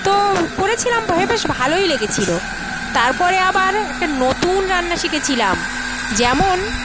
তো করেছিলাম বেশ ভালোই লেগেছিল তারপরে আবার একটা নতুন রান্না শিখেছিলাম যেমন